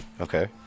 Okay